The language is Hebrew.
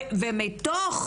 ומתוך